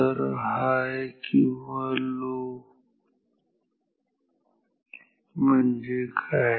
तर हाय किंवा लो म्हणजे काय